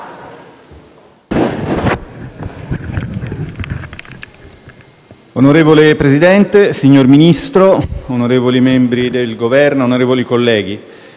Signor Presidente, signor Ministro, onorevoli membri del Governo, onorevoli colleghi,